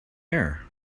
air